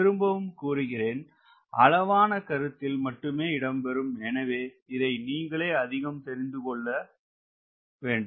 திரும்பவும் கூறுகிறேன் அளவான கருத்தில் மட்டுமே இடம்பெறும் எனவே இதை நீங்களே அதிகம் தெரிந்து கொள்ள தூண்டும்